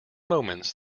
moments